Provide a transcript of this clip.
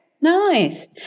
Nice